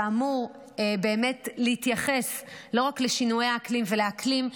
ואמור באמת להתייחס לא רק לשינויי האקלים ולאקלים,